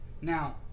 Now